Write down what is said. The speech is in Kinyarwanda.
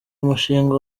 umushinga